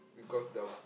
because doubt